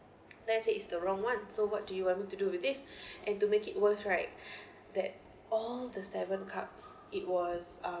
let's say it's the wrong one so what do you want me to do with this and to make it worst right that all the seven cups it was uh